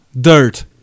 Dirt